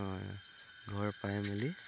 হয় ঘৰ পাই মেলি